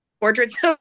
portraits